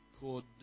called